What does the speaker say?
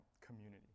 community